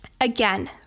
again